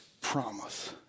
promise